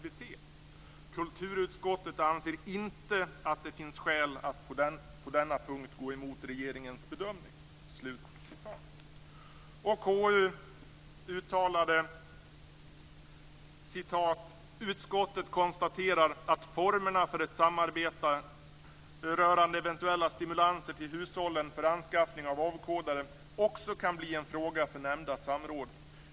Kulturutskottet anser inte att det finns skäl att på denna punkt gå emot regeringens bedömning." KU uttalade: "Utskottet konstaterar att formerna för ett samarbete rörande eventuella stimulanser till hushållen för anskaffning av avkodare också kan bli en fråga för nämnda samråd.